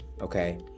Okay